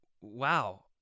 Wow